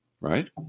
right